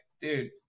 dude